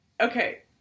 Okay